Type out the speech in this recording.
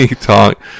talk